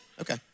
Okay